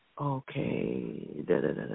Okay